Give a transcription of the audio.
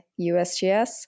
USGS